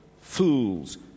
fools